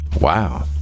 Wow